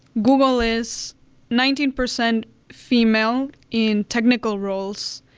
google is nineteen percent female in technical roles.